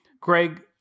Greg